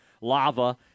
lava